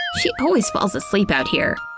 she always falls asleep out here.